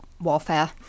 warfare